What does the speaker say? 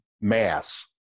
mass